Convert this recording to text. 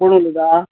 कोण उलयता